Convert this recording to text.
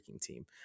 team